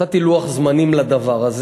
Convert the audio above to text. נתתי לוח זמנים לדבר הזה.